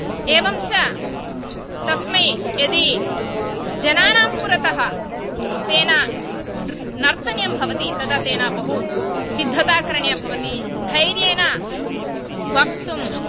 एवं च तस्मै यदि जनानां पुरतः तेन नर्तनीयं भवति तदा तेन बहु सिद्धता करणिया भवति धैर्येण वक्तुम्